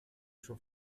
suo